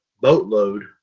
boatload